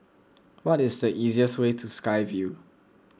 what is the easiest way to Sky Vue